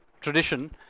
tradition